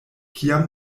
kiam